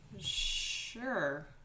Sure